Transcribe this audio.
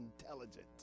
intelligent